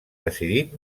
decidit